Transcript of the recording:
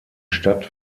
stadt